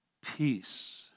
peace